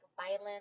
violence